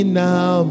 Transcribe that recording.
now